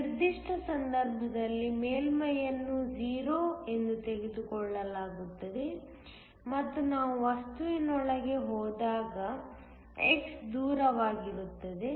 ಈ ನಿರ್ದಿಷ್ಟ ಸಂದರ್ಭದಲ್ಲಿ ಮೇಲ್ಮೈಯನ್ನು 0 ಎಂದು ತೆಗೆದುಕೊಳ್ಳಲಾಗುತ್ತದೆ ಮತ್ತು ನಾವು ವಸ್ತುವಿನೊಳಗೆ ಹೋದಾಗ x ದೂರವಾಗಿರುತ್ತದೆ